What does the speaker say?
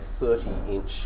30-inch